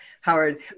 Howard